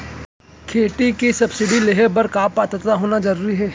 खेती के सब्सिडी लेहे बर का पात्रता होना जरूरी हे?